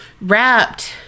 wrapped